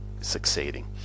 succeeding